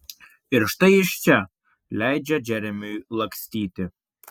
ir štai jis čia leidžia džeremiui lakstyti